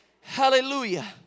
Hallelujah